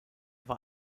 war